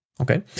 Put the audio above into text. okay